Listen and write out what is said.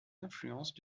influences